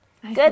Good